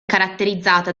caratterizzata